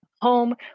home